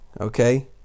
okay